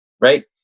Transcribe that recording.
right